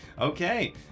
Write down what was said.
Okay